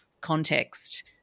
context